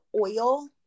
oil